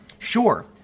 Sure